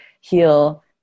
heal